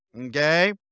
okay